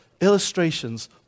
illustrations